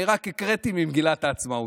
אני רק הקראתי ממגילת העצמאות.